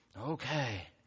Okay